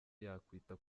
yakwita